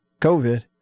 COVID